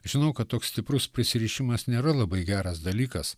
žinau kad toks stiprus prisirišimas nėra labai geras dalykas